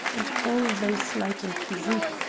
and, although slight in physique,